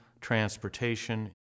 transportation